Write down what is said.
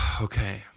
okay